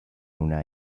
una